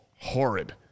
horrid